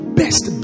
best